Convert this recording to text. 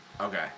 Okay